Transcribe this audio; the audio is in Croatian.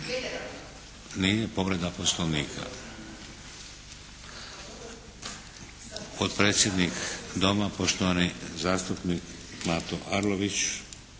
Nije povreda Poslovnika. Potpredsjednik Doma, poštovani zastupnik Mato Arlović,